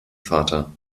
vater